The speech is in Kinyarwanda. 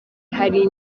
hari